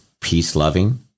peace-loving